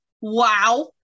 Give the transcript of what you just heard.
Wow